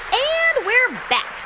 and we're back.